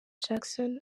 jackson